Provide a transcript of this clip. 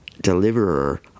deliverer